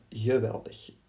geweldig